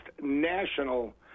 National